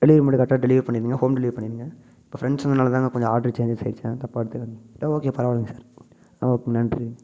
delivery மட்டும் கரெட்டாக delivery பண்ணிருங்க ஹோம் டெலிவரி பண்ணிருங்க இப்போ ஃப்ரெண்ட்ஸ் வந்தனால தாங்க கொஞ்சம் ஆட்ரு சேஞ்சஸ் ஆயிடுச்சி அதனால் தப்பா எடுத்துக்காதீங்க ட ஓகே இல்லை பரவாயில்லைங்க சார் ஆ ஓகே நன்றிங்க